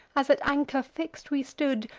as at anchor fix'd we stood,